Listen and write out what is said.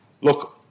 Look